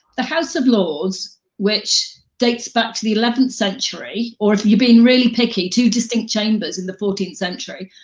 the house of lords which dates back to the eleventh century, or if you're being really picky, two distinct chambers in the fourteenth century,